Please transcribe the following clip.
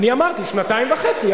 שנתיים וחצי.